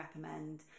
recommend